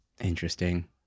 Interesting